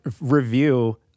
Review